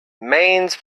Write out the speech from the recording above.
mains